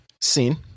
seen